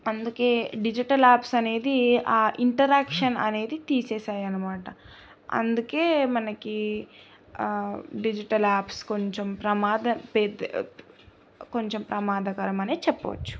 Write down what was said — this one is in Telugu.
అందుకే డిజిటల్ యాప్స్ అనేది ఆ ఇంటరాక్షన్ అనేది తీసేసాయి అనమాట అందుకే మనకి డిజిటల్ యాప్స్ కొంచెం ప్రమాదం పె కొంచెం ప్రమాదకరమనే చెప్పవచ్చు